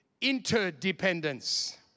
interdependence